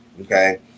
Okay